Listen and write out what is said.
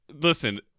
listen